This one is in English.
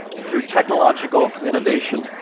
through technological innovation,